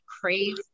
crave